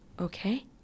Okay